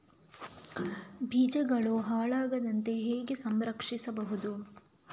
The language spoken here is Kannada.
ಬೀಜಗಳು ಹಾಳಾಗದಂತೆ ಹೇಗೆ ಸಂರಕ್ಷಿಸಬಹುದು?